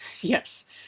yes